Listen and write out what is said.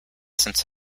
since